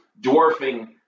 dwarfing